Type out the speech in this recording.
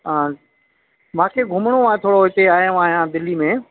हा मांखे घुमिणो आहे थोरो हिते आयो आहियां दिल्ली में